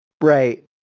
Right